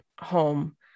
home